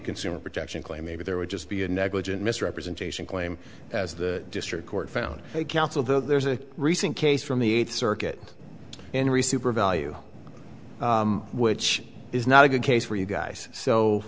consumer protection claim maybe there would just be a negligent misrepresentation claim as the district court found counsel though there's a recent case from the eighth circuit in receiver value which is not a good case for you guys so